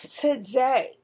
today